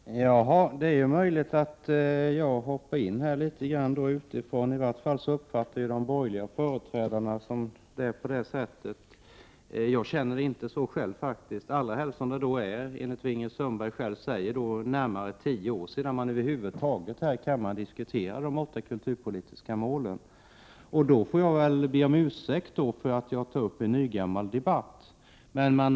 Herr talman! Det är ju möjligt att jag har hoppat in i den här debatten litet grand utifrån —i varje fall tycks de borgerliga företrädarna uppfatta det på det sättet. Jag känner det faktiskt inte så själv, allra helst inte som det enligt vad Ingrid Sundberg sade är närmare tio år sedan man över huvud taget diskuterade de åtta kulturpolitiska målen här i kammaren. Jag får väl då be om ursäkt för att jag tog upp en nygammal debatt.